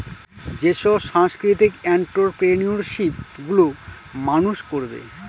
যেসব সাংস্কৃতিক এন্ট্ররপ্রেনিউরশিপ গুলো মানুষ করবে